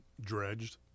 dredged